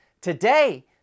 Today